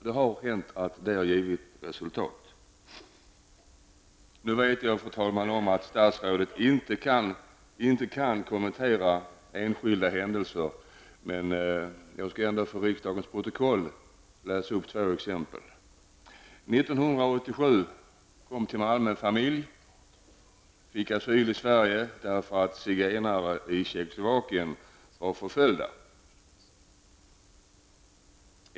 Det har hänt att det har gett resultat. Nu vet jag, fru talman, att statsrådet inte kan kommentera enskilda händelser. Men jag skall ändå för riksdagens protokoll ta upp två exempel. År 1987 kom en familj till Malmö som fick asyl i Sverige därför att zigenare var förföljda i Tjeckoslovakien.